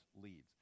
leads